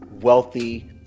wealthy